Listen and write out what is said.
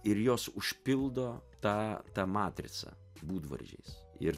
ir jos užpildo tą tą matricą būdvardžiais ir